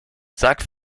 sag